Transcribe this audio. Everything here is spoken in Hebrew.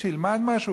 שילמד משהו.